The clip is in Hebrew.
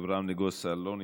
אברהם נגוסה, לא נמצא,